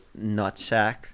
nutsack